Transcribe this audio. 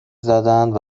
زدند